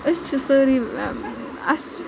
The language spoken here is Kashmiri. أسۍ چھِ سٲری اَسہِ چھُ